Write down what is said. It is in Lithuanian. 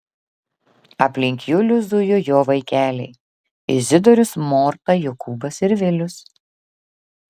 aplink julių zujo jo vaikeliai izidorius morta jokūbas ir vilius